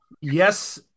Yes